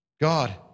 God